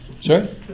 Sorry